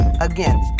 Again